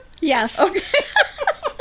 Yes